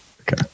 Okay